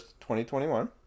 2021